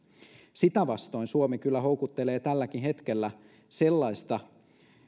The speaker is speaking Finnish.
sitä vastoin suomi kyllä houkuttelee tälläkin hetkellä sellaista